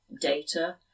data